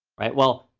right? well,